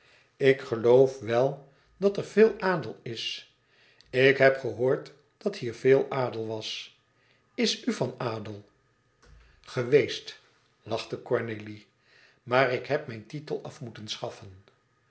ik geloof wel dat er veel adel is ik heb gehoord dat hier veel adel was is u van adel geweest lachte cornélie maar ik heb mijn titel af moeten schaffen